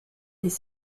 des